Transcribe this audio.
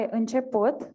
început